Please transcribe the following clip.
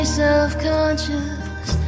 self-conscious